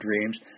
dreams